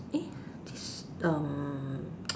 eh this um